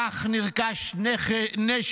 כך נרכש נשק,